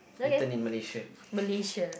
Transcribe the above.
eaten in Malaysia